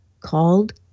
called